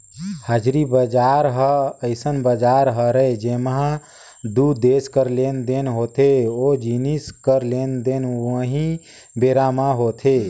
हाजिरी बजार ह अइसन बजार हरय जेंमा दू देस कर लेन देन होथे ओ जिनिस कर लेन देन उहीं बेरा म होथे